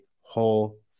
whole